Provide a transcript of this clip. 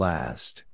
Last